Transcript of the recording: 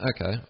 okay